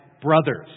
brothers